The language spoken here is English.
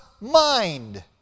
mind